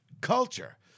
culture